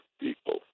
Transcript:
people